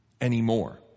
anymore